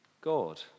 God